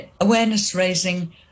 awareness-raising